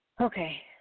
Okay